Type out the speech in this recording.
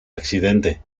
accidente